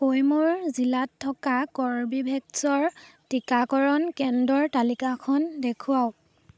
কৈমূৰ জিলাত থকা কৰ্বীভেক্সৰ টিকাকৰণ কেন্দ্ৰৰ তালিকাখন দেখুৱাওক